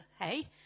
hey